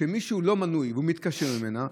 כשמישהו לא מנוי והוא מתקשר ממנה,